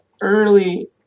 early